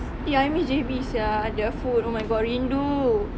eh I miss J_B sia their food oh my god rindu